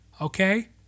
Okay